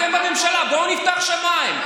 אתם בממשלה, בואו נפתח את השמיים.